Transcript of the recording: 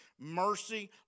mercy